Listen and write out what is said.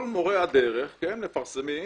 כל מורי הדרך מפרסמים.